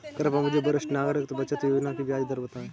कृपया मुझे वरिष्ठ नागरिक बचत योजना की ब्याज दर बताएं